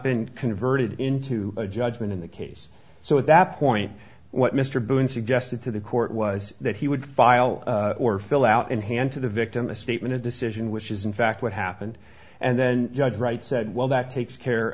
been converted into a judgment in the case so at that point what mr boone suggested to the court was that he would file or fill out and hand to the victim a statement a decision which is in fact what happened and then judge wright said well that takes care